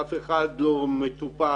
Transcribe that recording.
אף אחד לא מטופל,